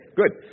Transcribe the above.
good